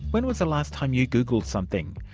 when was the last time you googled something?